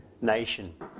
nation